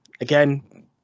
Again